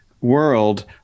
world